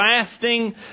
fasting